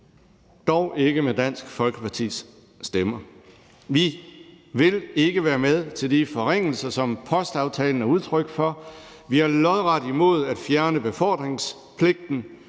dog ikke med Dansk Folkepartis stemmer. Vi vil ikke være med til de forringelser, som postaftalen er udtryk for. Vi er lodret imod at fjerne befordringspligten.